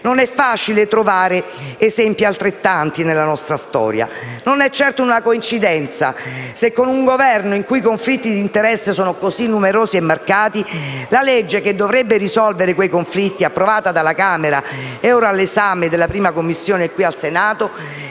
Non è facile trovare altrettanti esempi nella nostra storia. Non è certo una coincidenza se, con un Governo in cui i conflitti di interessi sono così numerosi e marcati, la legge che dovrebbe risolvere quei conflitti, approvata dalla Camera e ora all'esame della 1a Commissione qui al Senato,